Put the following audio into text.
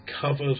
covered